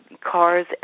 cars